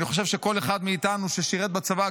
אני חושב שכל אחד מאיתנו ששירת בצבא,